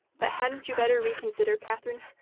but hadn't you better reconsider, katherine?